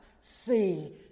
see